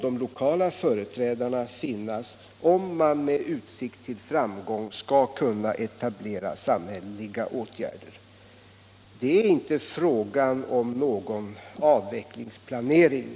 De lokala företrädarna måste ha en sådan tro, om man med utsikt till framgång skall kunna vidta samhälleliga åtgärder. Det är inte fråga om någon avvecklingsplanering.